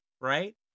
right –